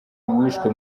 wishwe